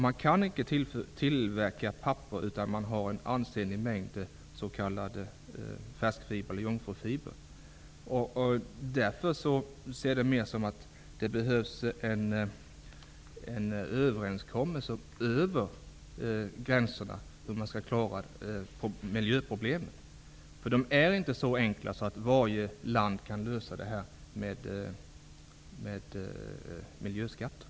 Man kan icke tillverka papper utan en ansenlig mängd s.k. färskfiber eller jungfrufiber. Därför ser jag det mer som att det behövs en överenskommelse över gränserna om hur man skall klara miljöproblemen. De är inte så enkla att varje land kan lösa dem med miljöskatter.